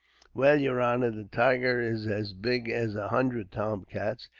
well, yer honor, the tiger is as big as a hundred tomcats,